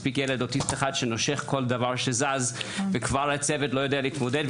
מספיק ילד אוטיסט אחד שנושך כל דבר שזז וכבר הצוות לא יודע להתמודד,